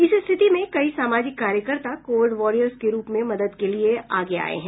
इस स्थिति में कई सामाजिक कार्यकर्ता कोविड वॉरियर्स के रुप में मदद के लिए आगे आये हैं